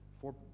Four